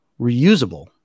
reusable